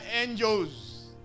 angels